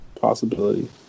possibility